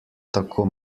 tako